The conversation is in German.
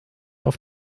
auf